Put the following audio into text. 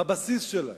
בבסיס שלהם,